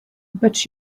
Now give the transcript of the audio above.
but